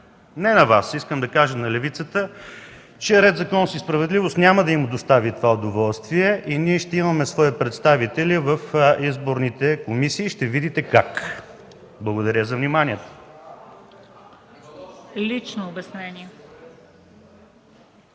не на Вас (към ГЕРБ), а на левицата, че „Ред, законност и справедливост” няма да им достави това удоволствие и ние ще имаме свои представители в изборните комисии. И ще видите как! Благодаря за вниманието. ГЕОРГИ